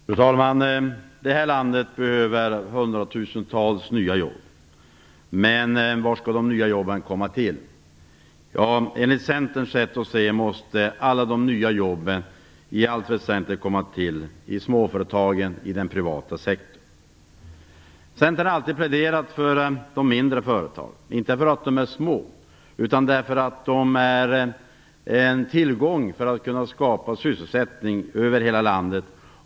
Fru talman! Vårt land behöver hundratusentals nya jobb. Var skall de nya jobben komma till? Enligt Centerns sätt att se måste alla de nya jobben komma till i småföretagen, i den privata sektorn. Centern har alltid pläderat för de mindre företagen, inte för att de är små, utan därför att de är en tillgång när det gäller att skapa sysselsättning över hela landet.